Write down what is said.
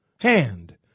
hand